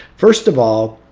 first of all,